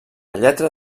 lletra